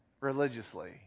religiously